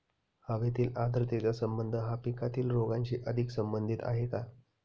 हवेतील आर्द्रतेचा संबंध हा पिकातील रोगांशी अधिक संबंधित आहे का?